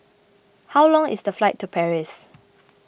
how long is the flight to Paris